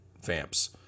vamps